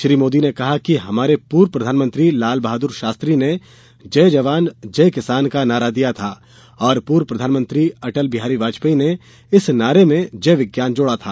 श्री मोदी ने कहा कि हमारे पूर्व प्रधानमंत्री लाल बहादुर शास्त्री ने जय जवान जय किसान का नारा दिया था और पूर्व प्रधानमंत्री अटल बिहारी वाजपेयी ने इस नारे में जय विज्ञान जोड़ा था